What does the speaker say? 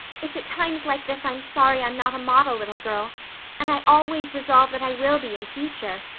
it's at times like this i'm sorry i'm not a model little girl and i always resolve that i will be in future.